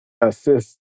assist